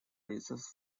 basis